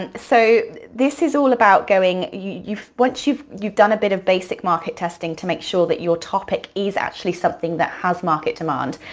and so this is all about going, what you've, you've done a bit of basic market testing to make sure that your topic is actually something that has market demand.